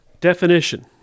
Definition